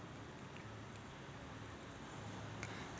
रासायनिक खत टाकनं ठीक हाये का?